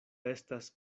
estas